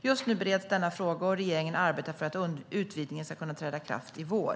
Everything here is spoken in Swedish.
Just nu bereds denna fråga, och regeringen arbetar för att utvidgningen ska kunna träda i kraft i vår.